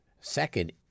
second